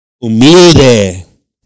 Humilde